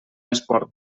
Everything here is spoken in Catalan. esport